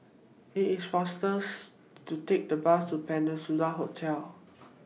IT IS faster to Take The Bus to Peninsula Hotel